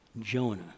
Jonah